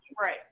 Right